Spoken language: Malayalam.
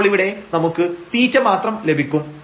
അപ്പോൾ ഇവിടെ നമുക്ക് θ മാത്രം ലഭിക്കും